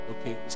okay